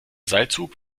seilzug